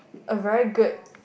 a very good